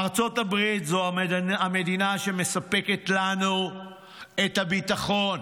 ארצות הברית זו המדינה שמספקת לנו את הביטחון,